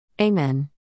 Amen